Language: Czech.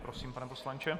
Prosím, pane poslanče.